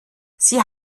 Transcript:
sie